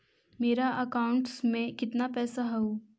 मेरा अकाउंटस में कितना पैसा हउ?